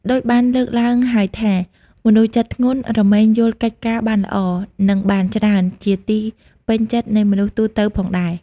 ដូចបានលើកឡើងហើយថា មនុស្សចិត្តធ្ងន់រមែងយល់កិច្ចការបានល្អ និងបានច្រើន ជាទីពេញចិត្តនៃមនុស្សទូទៅផងដែរ។